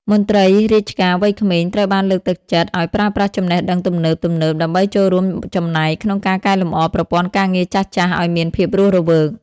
មន្ត្រីរាជការវ័យក្មេងត្រូវបានលើកទឹកចិត្តឱ្យប្រើប្រាស់ចំណេះដឹងទំនើបៗ ដើម្បីចូលរួមចំណែកក្នុងការកែលម្អប្រព័ន្ធការងារចាស់ៗឱ្យមានភាពរស់រវើក។